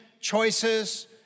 choices